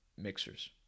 Mixers